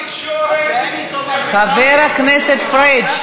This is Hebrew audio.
שר התקשורת, עשה לי טובה, חבר הכנסת פריג',